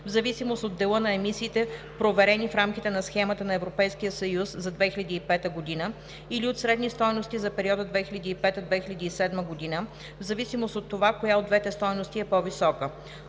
в зависимост от дела на емисиите, проверени в рамките на схемата на Европейския съюз за 2005 г., или от средни стойности за периода 2005 – 2007 г., в зависимост от това коя от двете стойности е по-висока.